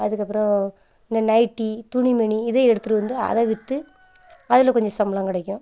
அதுக்கப்புறம் இந்த நைட்டி துணிமணி இதை எடுத்துட்டு வந்து அதை விற்று அதில் கொஞ்சம் சம்பளம் கிடைக்கும்